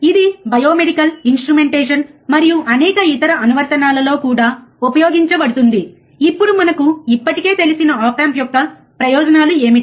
ఇది biomedical instrumentation మరియు అనేక ఇతర అనువర్తనాలలో కూడా ఉపయోగించబడుతుంది ఇప్పుడు మనకు ఇప్పటికే తెలిసిన ఆప్ ఆంప్ యొక్క ప్రయోజనాలు ఏమిటి